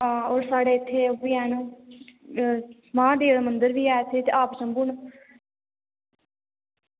ओह् साढ़े उत्थें ओह्बी हैन महादेव दा मंदर बी ऐ इत्थें आप शंभु